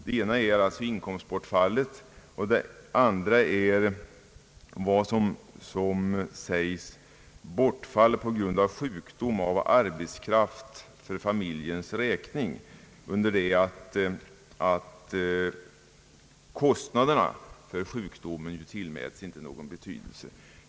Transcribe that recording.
Det ena är inkomstbortfallet och det andra är bortfall av arbetskraft för familjens räkning på grund av sjukdom, medan kostnaderna med anledning av sjukdomen inte tillmäts någon betydelse.